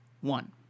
One